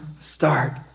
start